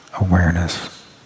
awareness